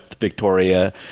Victoria